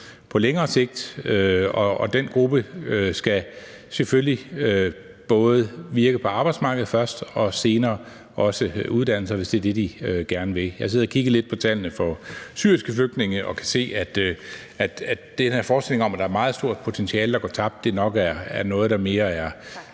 på længere sigt, og den gruppe skal selvfølgelig både virke på arbejdsmarkedet først og senere også uddanne sig, hvis det er det, de gerne vil. Jeg har siddet og kigget lidt på tallene for syriske flygtninge, og jeg kan se, at den her forestilling om, at der er et meget stort potentiale, der går tabt, nok er noget, der mere er